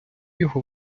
його